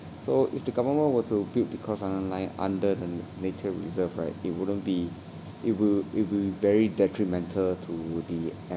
so if the government were to build the cross island line under the nature reserve right it wouldn't be it will it will very detrimental to the